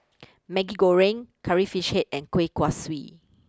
Maggi Goreng Curry Fish Head and Kuih Kaswi